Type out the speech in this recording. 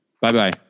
Bye-bye